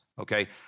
okay